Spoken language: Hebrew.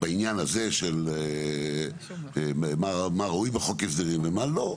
בעניין הזה של מה רואים בחוק ההסדרים ומה לא,